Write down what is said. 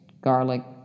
garlic